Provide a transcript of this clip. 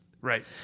right